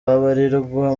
babarirwa